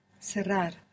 Cerrar